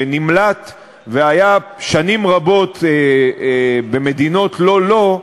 שנמלט והיה שנים רבות במדינות לא לו,